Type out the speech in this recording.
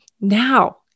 now